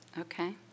Okay